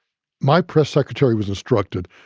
my press secretary was instructed,